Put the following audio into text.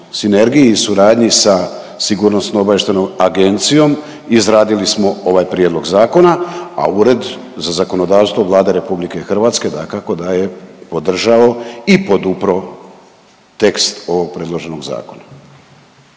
suradnji sa Sigurnosno-obavještajnom agencijom izradili smo ovaj prijedlog zakona, a Ured za zakonodavstvo Vlade Republike Hrvatske dakako da je podržao i podupro tekst ovog predloženog zakona.